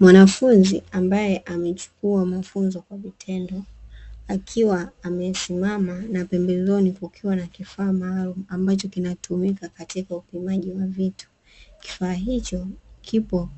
Mwanafunzi ambaye amechukua mafunzo kwa vitendo, akiwa amesimama na pembezoni kukiwa na vifaa maalumu ambacho kinatumika katika upimaji wa vitu. Kifaa hicho kipo